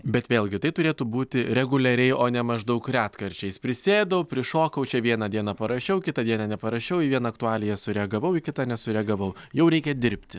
bet vėlgi tai turėtų būti reguliariai o ne maždaug retkarčiais prisėdau prišokau čia vieną dieną parašiau kitą dieną neparašiau į vieną aktualiją sureagavau į kitą nesureagavau jau reikia dirbti